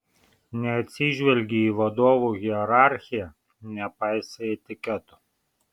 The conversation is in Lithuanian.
neatsižvelgi į vadovų hierarchiją nepaisai etiketo